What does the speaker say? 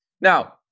now